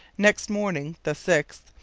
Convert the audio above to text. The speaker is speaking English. next morning the sixth,